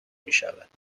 میشود